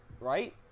Right